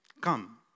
come